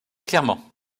clairement